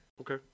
Okay